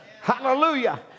Hallelujah